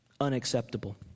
Unacceptable